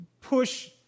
push